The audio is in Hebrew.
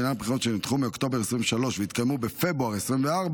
לעניין הבחירות שנדחו מאוקטובר 2023 והתקיימו בפברואר 2024,